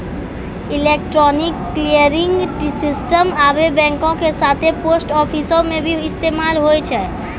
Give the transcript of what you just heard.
electronic clearing system आबे बैंको के साथे पोस्ट आफिसो मे भी इस्तेमाल होय छै